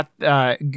got